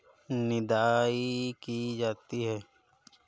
निदाई की जाती है?